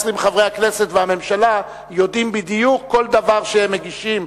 חברי הכנסת והממשלה יודעים בדיוק כל דבר שהם מגישים.